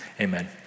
Amen